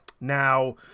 Now